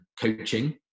coaching